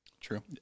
True